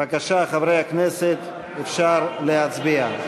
בבקשה, חברי הכנסת, אפשר להצביע.